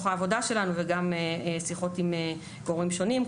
העבודה שלנו וגם משיחות עם גורמים שונים,